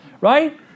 right